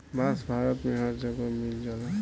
बांस भारत में हर जगे मिल जाला